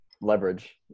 leverage